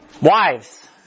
wives